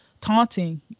taunting